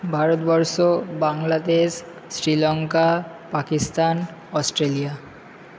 Bharatvarsha Bangladesh Sri Lanka Pakistan Australia